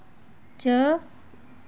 च